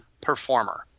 performer